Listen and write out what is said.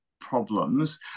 problems